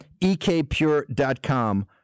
ekpure.com